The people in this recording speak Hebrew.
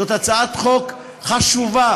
זו הצעת חוק חשובה,